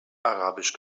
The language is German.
arabisch